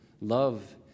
love